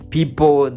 People